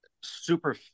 super